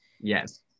Yes